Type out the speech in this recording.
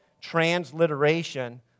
transliteration